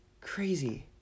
Crazy